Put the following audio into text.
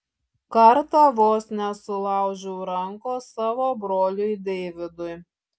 kartą vos nesulaužiau rankos savo broliui deividui